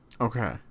Okay